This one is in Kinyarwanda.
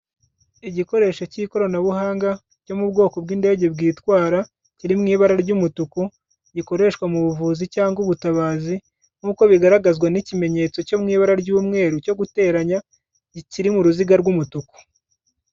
Igikoresho cy'ikoranabuhanga cyo mu bwoko bw'indege bwitwara, kiri mu ibara ry'umutuku, gikoreshwa mu buvuzi cyangwa ubutabazi nk'uko bigaragazwa n'ikimenyetso cyo mu ibara ry'umweru cyo guteranya, kiri mu ruziga rw'umutuku.